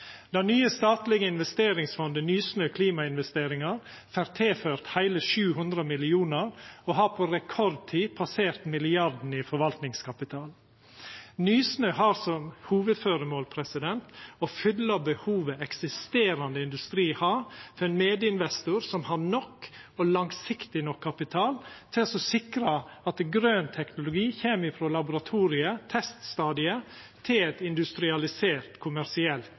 Det nye statlege investeringsfondet Nysnø Klimainvesteringer får tilført heile 700 mill. kr og har på rekordtid passert milliarden i forvaltingskapital. Nysnø har som hovudføremål å fylla behovet eksisterande industri har for ein medinvestor som har nok og langsiktig nok kapital til å sikra at grøn teknologi kjem frå laboratoriet, teststadiet, til eit industrialisert, kommersielt